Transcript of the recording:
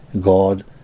God